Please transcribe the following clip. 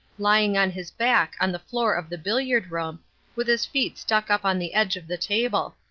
lying on his back on the floor of the billiard-room, with his feet stuck up on the edge of the table.